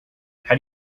how